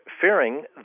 fearing